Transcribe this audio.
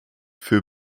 für